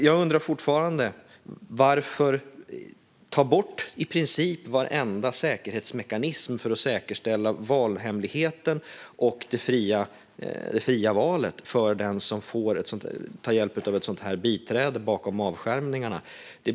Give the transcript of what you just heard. Jag undrar fortfarande: Varför ta bort i princip varenda säkerhetsmekanism för att säkerställa valhemligheten och det fria valet för den som får hjälp av ett biträde bakom avskärmningarna?